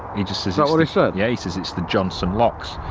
he just says ah yeah says it's the johnson locks.